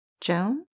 Joan